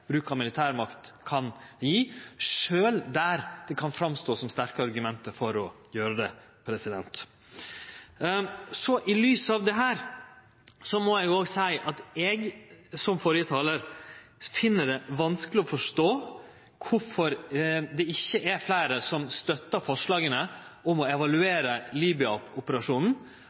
bruk av militærmakt kan gje, sjølv der det kan framstå som sterke argument for å gjere det. I lys av dette må eg òg seie at eg, som førre talar, finn det vanskeleg å forstå kvifor det ikkje er fleire som støttar forslaga om å evaluere